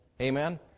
Amen